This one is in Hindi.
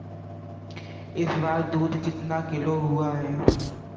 इस बार दूध कितना किलो हुआ है?